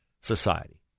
society